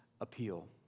appeal